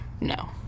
No